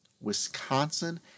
Wisconsin